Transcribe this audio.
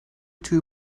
two